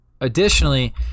Additionally